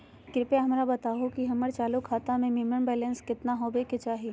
कृपया हमरा बताहो कि हमर चालू खाता मे मिनिमम बैलेंस केतना होबे के चाही